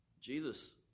Jesus